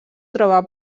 troba